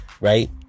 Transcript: right